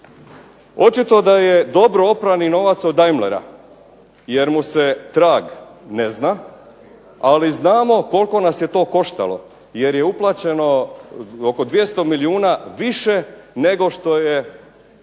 Očito da je dobro oprani novac od Daimlera jer mu se trag ne zna, ali znamo koliko nas je to koštalo jer je uplaćeno oko 200 milijuna više nego što je